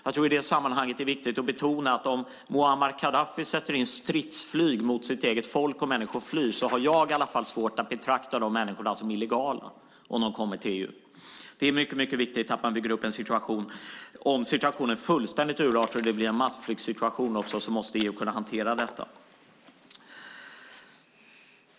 Jag tror att det i detta sammanhang är viktigt att betona att om Muammar Khadaffi sätter in stridsflyg mot sitt eget folk och människor flyr har i alla fall jag svårt att betrakta dessa människor som illegala om de kommer till EU. Om situationen fullständigt urartar och det blir massflykt måste EU kunna hantera detta.